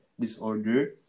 disorder